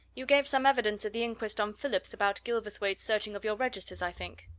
you gave some evidence at the inquest on phillips about gilverthwaite's searching of your registers, i think?